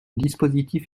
dispositif